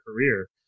career